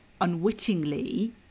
unwittingly